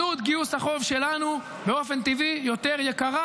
עלות גיוס החוב שלנו באופן טבעי יותר יקרה,